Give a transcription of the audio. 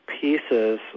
pieces